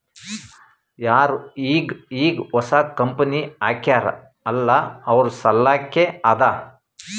ಯಾರು ಈಗ್ ಈಗ್ ಹೊಸಾ ಕಂಪನಿ ಹಾಕ್ಯಾರ್ ಅಲ್ಲಾ ಅವ್ರ ಸಲ್ಲಾಕೆ ಅದಾ